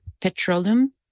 petroleum